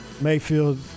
Mayfield